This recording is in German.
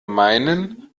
meinen